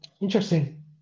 Interesting